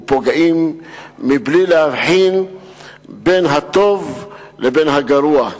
ופוגעים מבלי להבחין בין הטוב לבין הגרוע.